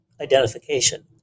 identification